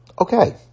okay